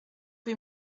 rue